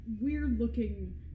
weird-looking